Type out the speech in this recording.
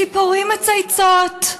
ציפורים מצייצות.